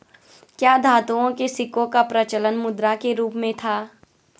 क्या धातुओं के सिक्कों का प्रचलन मुद्रा के रूप में था?